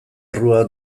errua